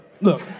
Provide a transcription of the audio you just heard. Look